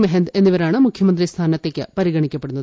മഹന്ത് എന്നിവരാണ് മുഖ്യമന്ത്രി സ്ഥാനത്തേക്ക് പരിഗണിക്കപ്പെടുന്നത്